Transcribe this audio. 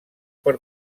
per